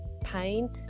pain